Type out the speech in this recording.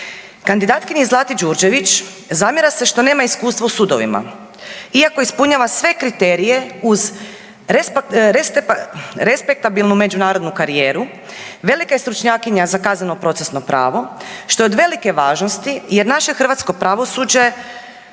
Kandidatkinji Zlati Đurđević zamjera se što nema iskustvo u sudovima, iako ispunjava sve kriterije uz respektabilnu međunarodnu karijeru, velika je stručnjakinja za kazneno-procesno pravo što je od velike važnosti jer naše hrvatsko pravosuđe